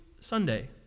Sunday